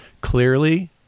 clearly